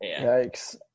Yikes